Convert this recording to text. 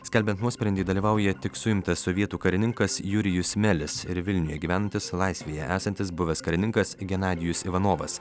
skelbiant nuosprendį dalyvauja tik suimtas sovietų karininkas jurijus melis ir vilniuje gyvenantis laisvėje esantis buvęs karininkas genadijus ivanovas